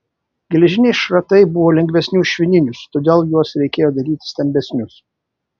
geležiniai šratai buvo lengvesni už švininius todėl juos reikėjo daryti stambesnius